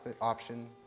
option